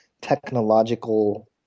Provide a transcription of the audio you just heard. technological